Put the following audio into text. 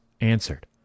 answered